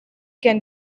can